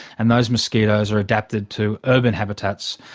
and those mosquitos are adapted to urban habitats.